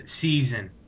season